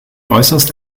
äußerst